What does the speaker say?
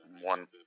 one